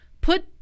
put